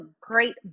great